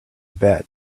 bed